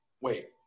wait